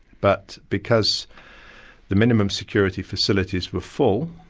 but because the minimum security facilities were full,